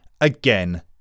again